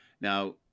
Now